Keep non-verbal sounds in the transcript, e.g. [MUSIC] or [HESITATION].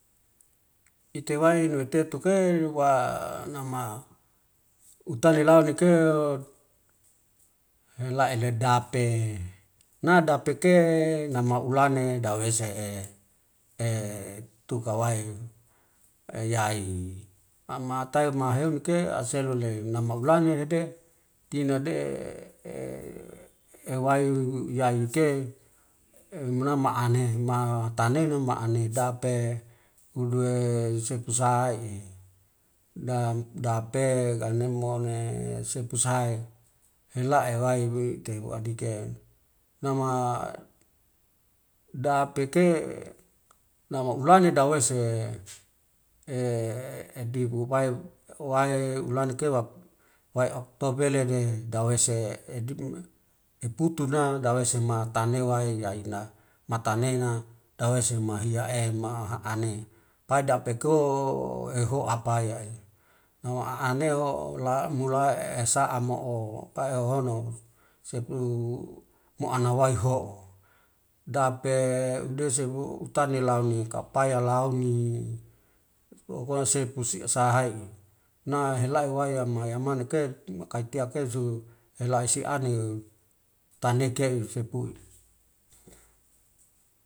Ite wai metetu ke wa nama utai kauneke laele dape, na dapeke nama ulana dawese'e [HESITATION] tuka wai eyai'i, amatai mahemuke aselole nama ulena dede tinade [HESITATION] ewai yayuke emnama ane ma atenuma ane dape uduwe sepusaha'i da dape enemone sepusahai ela ewai witi uwadeke nama dapeke lama ulane dawese [HESITATION] dibubai wai ulane kewak wai oktobelede dawese [HESITATION] eputun'na dawese matane wai aiyna matanena dawese mahia ama ha'ane, pai dapeko eho apai nawa aaneo la mula esa'a mo'o pai uhono sepu mo ana waiho'u, dape desebu utani launi kapaya luni pokonya sepusi sha'ai, na helai wai ama yamane ke kai tia ke. [NOISE] elali si ane tenekei sepu.